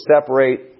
separate